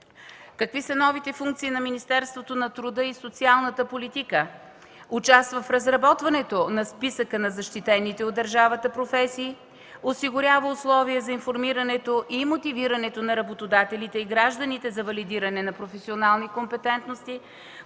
Какви са новите функции на Министерството на труда и социалната политика? Участва в разработването на списъка на защитените от държавата професии, осигурява условия за информирането и мотивирането на работодателите и гражданите за валидиране на професионални компетентности,